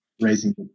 raising